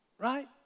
right